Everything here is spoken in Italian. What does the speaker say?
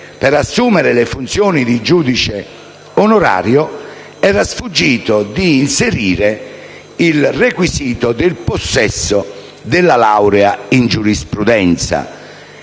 per assumere le funzioni di giudice onorario, al Governo era sfuggito il requisito del possesso della laurea in giurisprudenza.